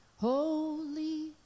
Holy